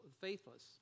faithless